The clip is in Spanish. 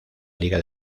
liga